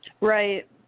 Right